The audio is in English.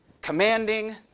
Commanding